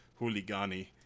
hooligani